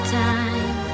time